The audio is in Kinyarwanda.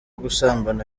gusambana